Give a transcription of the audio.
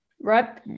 right